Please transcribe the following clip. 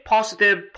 Positive